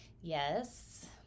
Yes